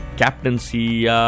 captaincy